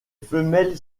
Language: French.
femelles